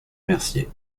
mercier